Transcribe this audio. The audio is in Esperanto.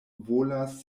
volas